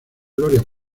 gloria